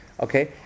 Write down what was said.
Okay